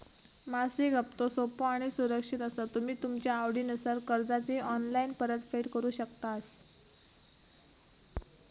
मासिक हप्तो सोपो आणि सुरक्षित असा तुम्ही तुमच्या आवडीनुसार कर्जाची ऑनलाईन परतफेड करु शकतास